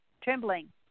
trembling